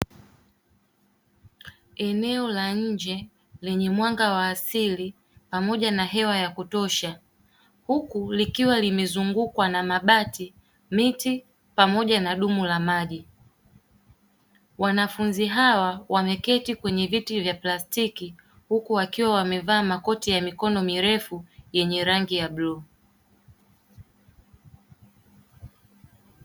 Eneo la nje lenye mwanga wa asili pamoja na hewa ya kutosha, huku likiwa limezungukwa na mabati, miti pamoja na dumu la maji. Wanafunzi hawa wameketi kwenye viti vya plastiki huku wakiwa wamevaa makoti ya mikono mirefu yenye rangi ya bluu.